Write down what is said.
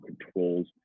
controls